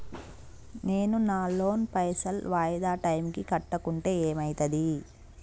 నేను నా లోన్ పైసల్ వాయిదా టైం కి కట్టకుంటే ఏమైతది?